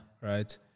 Right